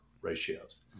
ratios